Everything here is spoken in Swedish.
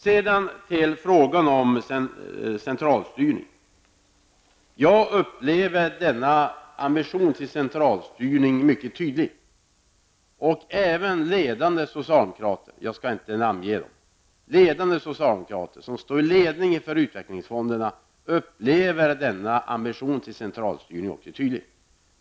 Sedan till frågan om centralstyrning. Jag upplever en ambition till centralstyrning mycket tydligt, och även ledande socialdemokrater, jag skall inte namnge någon, i ledningen för utvecklingsfonderna upplever också detta.